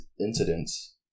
incidents